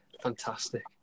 fantastic